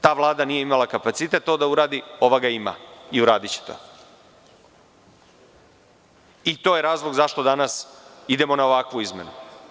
Ta Vlada nije imala kapacitet to da uradi, ova ga ima i uradiće to i to je razlog zašto danas idemo na ovakvu izmenu.